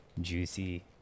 Juicy